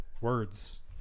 Words